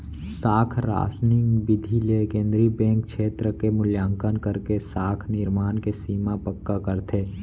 साख रासनिंग बिधि ले केंद्रीय बेंक छेत्र के मुल्याकंन करके साख निरमान के सीमा पक्का करथे